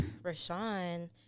Rashawn